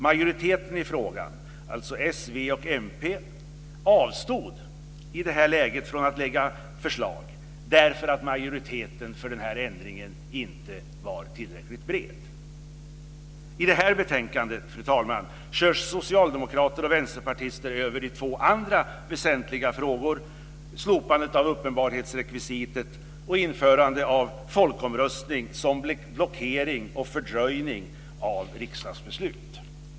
Majoriteten i frågan - alltså s, v och mp - avstod i detta läge från att lägga fram förslag därför att majoriteten för förändringen inte var tillräckligt bred. · I detta betänkande körs socialdemokrater och vänsterpartister över i två andra väsentliga frågor, slopande av uppenbarhetsrekvisitet och införande av folkomröstning som blockering och fördröjning av riksdagsbeslut.